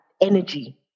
energy